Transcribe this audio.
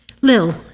Lil